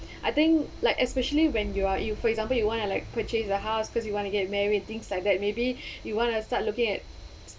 I think like especially when you are you for example you wanna like purchase the house because you want to get married things like that maybe you wanna start looking at